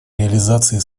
реализации